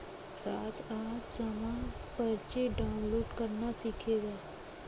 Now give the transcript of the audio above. राज आज जमा पर्ची डाउनलोड करना सीखेगा